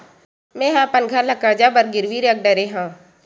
मेहा अपन घर ला कर्जा बर गिरवी रख डरे हव